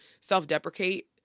self-deprecate